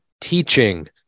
teaching